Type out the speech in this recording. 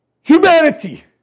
humanity